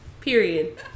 period